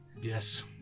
Yes